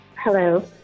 Hello